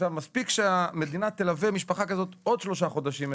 מספיק שהמדינה תלווה משפחה כזאת עוד שלושה חודשים,